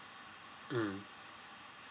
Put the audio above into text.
mm